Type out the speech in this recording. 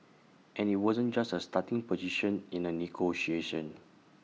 and IT wasn't just A starting position in A negotiation